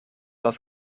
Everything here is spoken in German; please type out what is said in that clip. das